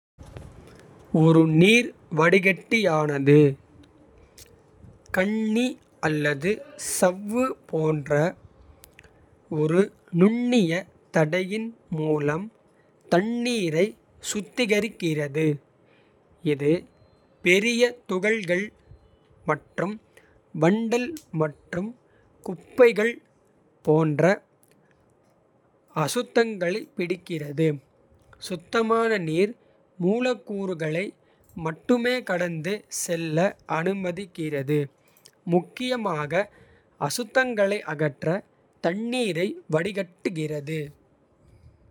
ஒரு நீர் வடிகட்டியானது கண்ணி அல்லது சவ்வு போன்ற. ஒரு நுண்ணிய தடையின் மூலம் தண்ணீரை சுத்திகரிக்கிறது. இது பெரிய துகள்கள் மற்றும் வண்டல் மற்றும் குப்பைகள். போன்ற அசுத்தங்களைப் பிடிக்கிறது சுத்தமான நீர். மூலக்கூறுகளை மட்டுமே கடந்து செல்ல அனுமதிக்கிறது. முக்கியமாக அசுத்தங்களை அகற்ற தண்ணீரை "வடிகட்டுகிறது.